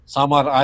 Samar